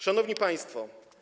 Szanowni Państwo!